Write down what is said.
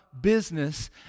Business